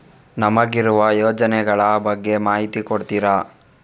ನಮಗಿರುವ ಯೋಜನೆಗಳ ಬಗ್ಗೆ ಮಾಹಿತಿ ಕೊಡ್ತೀರಾ?